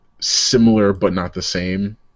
similar-but-not-the-same